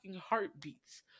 heartbeats